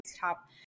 top